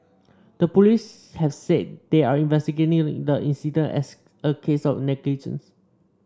the police have said they are investigating the incident as a case of negligence